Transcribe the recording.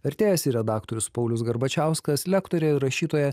vertėjas ir redaktorius paulius garbačiauskas lektorė ir rašytoja